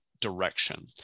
direction